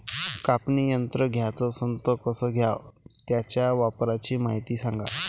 कापनी यंत्र घ्याचं असन त कस घ्याव? त्याच्या वापराची मायती सांगा